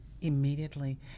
immediately